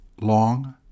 long